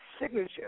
signature